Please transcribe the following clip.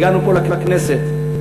והגענו לכנסת.